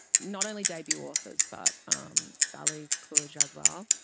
not only debut authors, but um balli kaur jaswal,